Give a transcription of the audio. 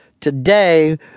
today